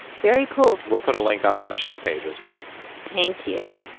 very cool we'll put a link up on the show page as well thank you.